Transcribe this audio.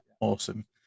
awesome